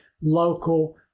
local